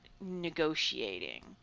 negotiating